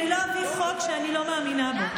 אני לא אביא חוק שאני לא מאמינה בו.